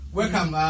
welcome